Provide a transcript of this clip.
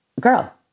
girl